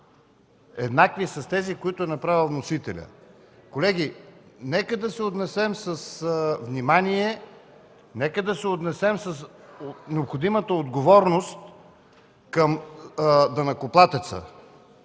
еднакви с тези, които е направил вносителят. Колеги, нека да се отнесем с внимание, нека да се отнесем с необходимата отговорност към данъкоплатеца.